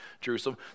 Jerusalem